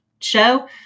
show